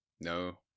No